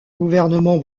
gouvernement